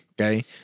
Okay